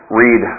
read